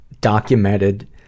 documented